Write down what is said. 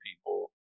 people